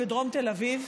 בדרום תל אביב,